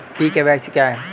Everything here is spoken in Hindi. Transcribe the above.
ई के.वाई.सी क्या है?